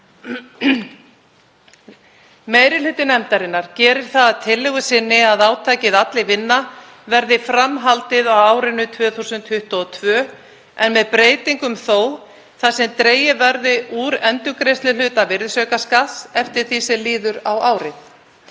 Meiri hluti nefndarinnar gerir það að tillögu sinni að átakinu Allir vinna verði fram haldið á árinu 2022 en með breytingum þó þar sem dregið verði úr endurgreiðsluhluta virðisaukaskatts eftir því sem líður á árið